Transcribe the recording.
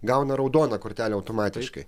gauna raudoną kortelę automatiškai